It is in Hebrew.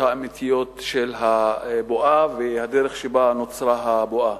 האמיתיות של הבועה ומהדרך שבה נוצרה הבועה.